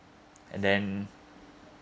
and then